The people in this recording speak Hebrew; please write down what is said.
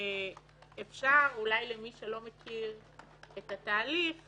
יכול אולי מי שלא מכיר את התהליך